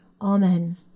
Amen